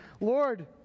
Lord